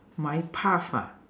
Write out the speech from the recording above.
my path ah